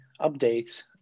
updates